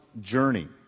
journey